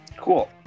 Cool